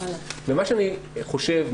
מה שאני חושב,